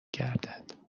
گردد